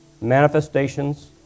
manifestations